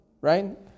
Right